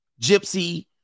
gypsy